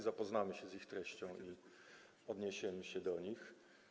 Zapoznamy się z ich treścią i odniesiemy się do nich.